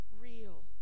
real